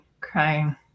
crying